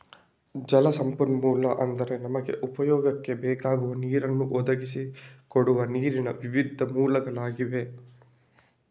ಜಲ ಸಂಪನ್ಮೂಲ ಅಂದ್ರೆ ನಮಗೆ ಉಪಯೋಗಕ್ಕೆ ಬೇಕಾಗುವ ನೀರನ್ನ ಒದಗಿಸಿ ಕೊಡುವ ನೀರಿನ ವಿವಿಧ ಮೂಲಗಳಾಗಿವೆ